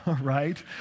right